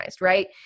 right